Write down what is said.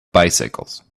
bicycles